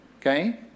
Okay